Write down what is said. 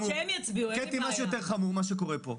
מה שקורה פה,